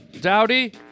Dowdy